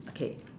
okay